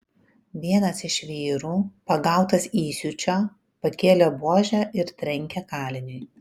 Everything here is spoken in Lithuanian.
vienas iš vyrų pagautas įsiūčio pakėlė buožę ir trenkė kaliniui